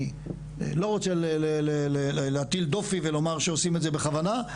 אני לא רוצה להטיל דופי ולומר שעושים את זה בכוונה,